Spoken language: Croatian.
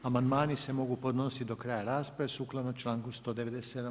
Amandmani se mogu podnositi do kraja rasprave, sukladno članku 197.